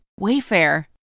Wayfair